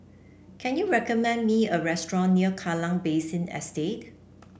can you recommend me a restaurant near Kallang Basin Estate